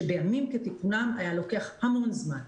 שבימים כתיקונם היה לוקח המון זמן.